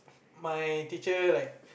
my teacher like